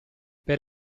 per